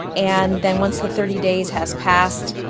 and then once the thirty days has passed,